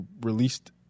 released